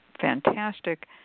fantastic